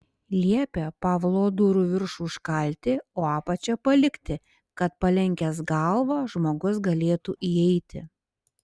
liepė pavlo durų viršų užkalti o apačią palikti kad palenkęs galvą žmogus galėtų įeiti